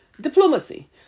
Diplomacy